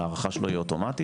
הארכה שלו היא אוטומטית,